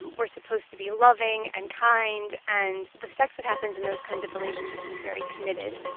and we're supposed to be loving and kind. and the sex that happens in those kinds of relationships is very committed.